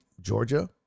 Georgia